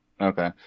Okay